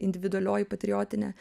individualioji patriotinė